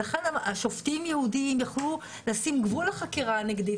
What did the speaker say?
שופטים ייעודיים היו יכולים לשים גבול לחקירה הנגדית.